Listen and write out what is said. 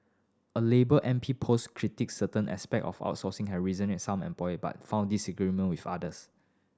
a labour M P post critic certain aspect of outsourcing has resonated some employer but found disagreement with others